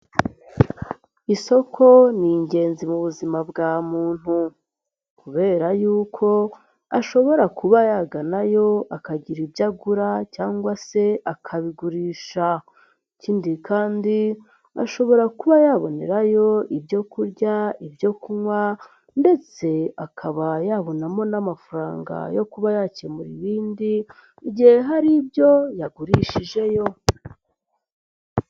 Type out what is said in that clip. Isoko ni ingenzi mu buzima bwa muntu kubera yuko ashobora kuba yaganayo akagira ibyo agura cyangwa se akabigurisha, ikindi kandi ashobora kuba yabonerayo ibyo kurya, ibyo kunywa ndetse akaba yabonamo n'amafaranga yo kuba yakemura ibindi igihe hari ibyo yagurishijeyo.